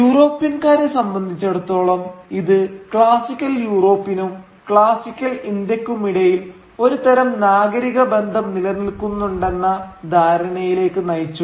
യൂറോപ്യൻക്കാരെ സംബന്ധിച്ചിടത്തോളം ഇത് ക്ലാസിക്കൽ യൂറോപ്പിനും ക്ലാസിക്കൽ ഇന്ത്യക്കുമിടയിൽ ഒരു തരം നാഗരിക ബന്ധം നിലനിൽക്കുന്നുണ്ടെന്ന ധാരണയിലേക്ക് നയിച്ചു